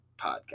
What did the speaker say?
podcast